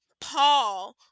Paul